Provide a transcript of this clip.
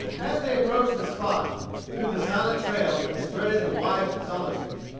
as they approached the spot through the silent trails which threaded the wide solitudes,